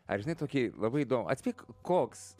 ar žinai tokį labai įdomų atspėk koks